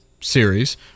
Series